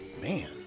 Man